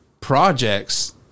projects